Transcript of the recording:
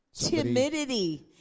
Timidity